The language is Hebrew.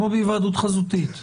כמו בהיוועדות חזותית.